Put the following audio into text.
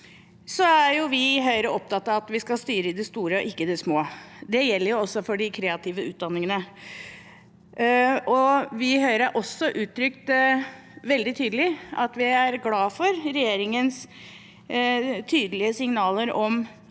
fag. Vi i Høyre er opptatt av at vi skal styre i det store og ikke i det små. Det gjelder også for de kreative utdannin gene. Vi i Høyre har også uttrykt veldig tydelig at vi er glad for regjeringens tydelige signaler om